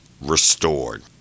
restored